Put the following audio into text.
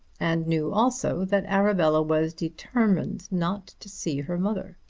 and knew also that arabella was determined not to see her mother.